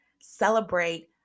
Celebrate